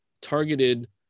targeted